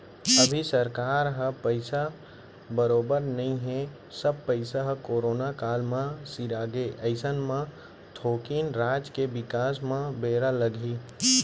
अभी सरकार ह पइसा बरोबर नइ हे सब पइसा ह करोना काल म सिरागे अइसन म थोकिन राज के बिकास म बेरा लगही